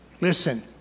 Listen